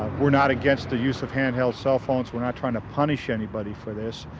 we're not against the use of hand-held cell phones, we're not trying to punish anybody for this.